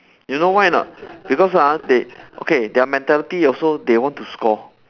you know why or not because ah they okay their mentality also they want to score